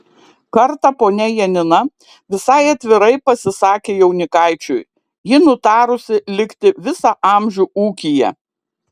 kartą ponia janina visai atvirai pasisakė jaunikaičiui ji nutarusi likti visą amžių ūkyje